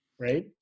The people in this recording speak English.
Right